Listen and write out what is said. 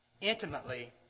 intimately